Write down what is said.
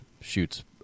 shoots